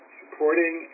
supporting